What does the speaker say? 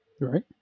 Right